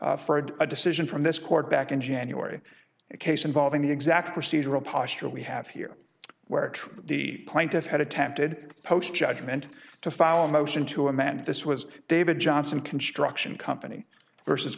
for a decision from this court back in january a case involving the exact procedural posture we have here where to the plaintiff had attempted post judgment to file a motion to amend this was david johnson construction company versus